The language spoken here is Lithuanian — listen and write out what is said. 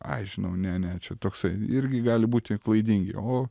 ai žinau ne ne čia toksai irgi gali būti klaidingi o